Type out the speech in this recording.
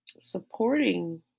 supporting